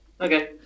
Okay